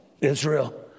Israel